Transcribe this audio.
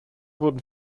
wurden